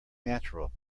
natural